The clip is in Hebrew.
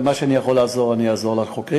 ובמה שאני יכול לעזור אני אעזור לחוקרים.